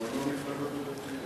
המפלגות הדתיות.